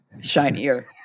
shinier